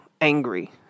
angry